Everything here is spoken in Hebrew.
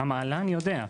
כמה עלה אני יודע.